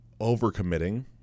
overcommitting